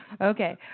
Okay